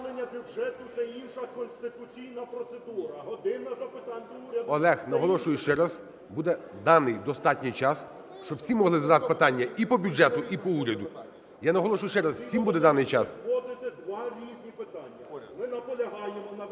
Олег, наголошую ще раз: буде даний достатній час, щоб всі могли задати питання і по бюджету, і по уряду. Я наголошую ще раз, всім буде даний час.